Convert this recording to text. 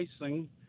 racing